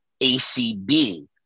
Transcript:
ACB